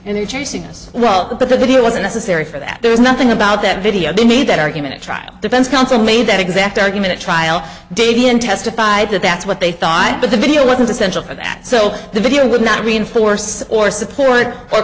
and they're chasing us well but that he was unnecessary for that there was nothing about that video that made that argument a trial defense council made that exact argument a trial date in testified that that's what they thought but the video wasn't essential for that so the video would not reinforce or support or